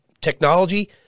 technology